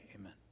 amen